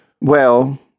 Well